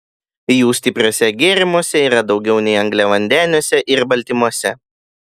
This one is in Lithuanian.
jų stipriuose gėrimuose yra daugiau nei angliavandeniuose ir baltymuose